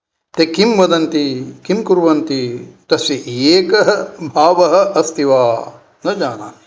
ते किं वदन्ति किं कुर्वन्ति तस्य एकः भावः अस्ति वा न जानामि